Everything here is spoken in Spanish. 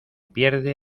pierde